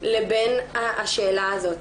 לבין השאלה הזאת.